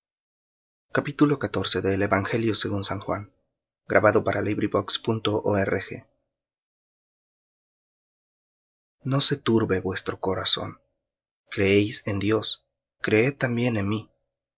no se turbe vuestro corazón creéis en dios creed también en mí